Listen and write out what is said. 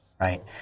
right